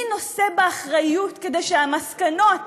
מי נושא באחריות כדי שהמסקנות